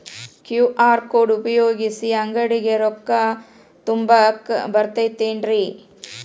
QR code ಉಪಯೋಗಿಸಿ, ಅಂಗಡಿಗೆ ರೊಕ್ಕಾ ತುಂಬಾಕ್ ಬರತೈತೇನ್ರೇ?